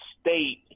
State